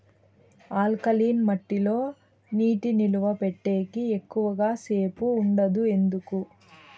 alkaline మట్టి లో నీటి నిలువ పెట్టేకి ఎక్కువగా సేపు ఉండదు ఎందుకు